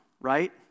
right